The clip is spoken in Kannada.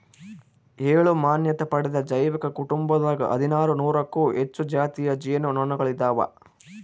ಏಳು ಮಾನ್ಯತೆ ಪಡೆದ ಜೈವಿಕ ಕುಟುಂಬದಾಗ ಹದಿನಾರು ನೂರಕ್ಕೂ ಹೆಚ್ಚು ಜಾತಿಯ ಜೇನು ನೊಣಗಳಿದಾವ